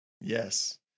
Yes